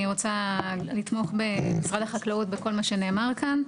אני רוצה לתמוך במשרד החקלאות בכל מה שנאמר כאן.